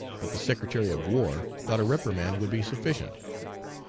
but the secretary of war thought a reprimand would be sufficient.